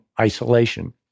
isolation